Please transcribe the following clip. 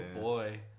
boy